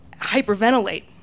hyperventilate